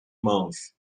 mãos